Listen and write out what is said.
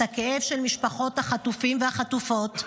את הכאב של משפחות החטופים והחטופות,